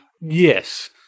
Yes